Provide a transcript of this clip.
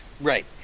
Right